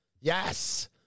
Yes